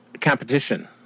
competition